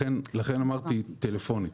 לכן אמרתי טלפונית.